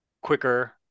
quicker